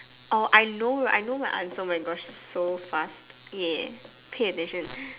oh I know rig~ I know my answer oh my gosh so fast yeah pay attention